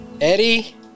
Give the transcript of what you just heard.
Eddie